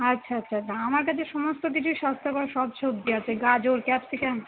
আচ্ছা আচ্ছা আমার কাছে সমস্ত কিছু স্বাস্থ্যকর সব সবজি আছে গাজর ক্যাপ্সিকাম